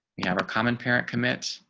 you have a common parent commits,